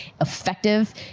effective